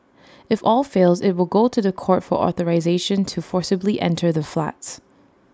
if all fails IT will go to The Court for authorisation to forcibly enter the flats